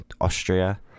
Austria